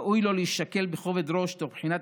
ראוי לו להישקל בכובד ראש תוך בחינת